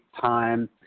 time